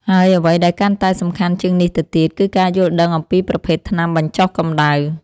ហើយអ្វីដែលកាន់តែសំខាន់ជាងនេះទៅទៀត គឺការយល់ដឹងអំពីប្រភេទថ្នាំបញ្ចុះកម្តៅ។